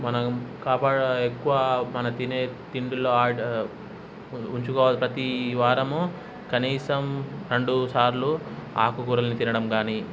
మనం కాపాడ ఎక్కువ మనం తినే తిండిలో ఆడ్ ఉంచుకోవాలి ప్రతి వారము కనీసం రెండు సార్లు ఆకుకూరలు తినడం కాని